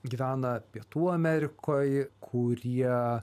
gyvena pietų amerikoj kurie